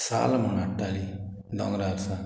साल म्हूण हाडटाली दोंगरा सांग